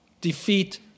defeat